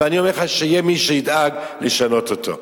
ואני אומר לך שיהיה מי שידאג לשנות אותו.